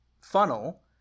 funnel